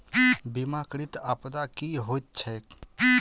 बीमाकृत आपदा की होइत छैक?